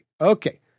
okay